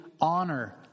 honor